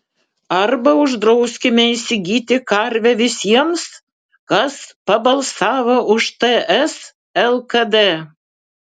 arba uždrauskime įsigyti karvę visiems kas pabalsavo už ts lkd